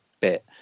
bit